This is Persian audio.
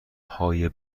های